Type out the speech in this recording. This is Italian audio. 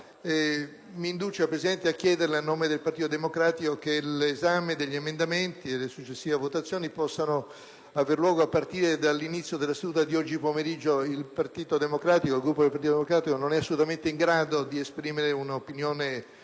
mi induce a chiederle, a nome del Partito Democratico, che l'esame degli emendamenti e le successive votazioni possano aver luogo a partire dall'inizio della seduta di oggi pomeriggio. Il Gruppo del Partito Democratico, infatti, non è assolutamente in grado di esprimere un'opinione meditata